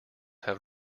have